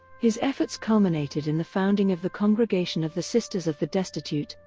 his efforts culminated in the founding of the congregation of the sisters of the destitute,